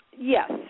Yes